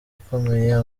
ukomeye